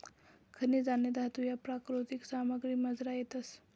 खनिजे आणि धातू ह्या प्राकृतिक सामग्रीमझार येतस